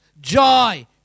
Joy